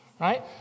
right